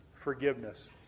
forgiveness